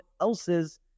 else's